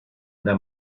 una